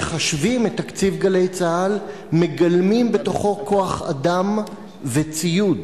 שעה) (סדר הדין הפלילי וראיות),